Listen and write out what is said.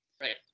Right